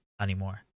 anymore